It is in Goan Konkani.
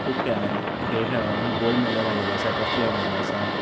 खूब खेळ खेळोन गोल्ड मेडल हाडलेल्यो आसा ट्रॉफी हाडलेल्यो आसा